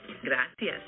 gracias